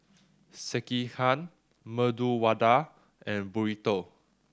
Sekihan Medu Vada and Burrito